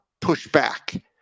pushback